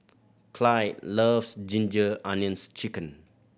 Clide loves Ginger Onions Chicken